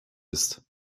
ist